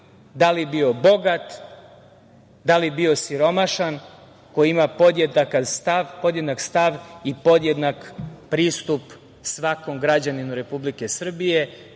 da li bio bogat, da li bio siromašan, ko ima podjednak stav i podjednak pristup svakom građaninu Republike Srbije. To